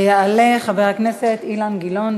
יעלה חבר הכנסת אילן גילאון,